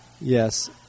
Yes